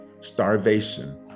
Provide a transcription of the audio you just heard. Starvation